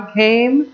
came